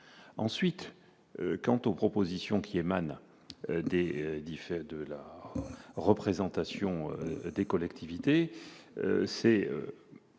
ensuite, quant aux propositions qui émanent des différents de la représentation des collectivités c'est.